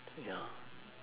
ya